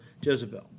Jezebel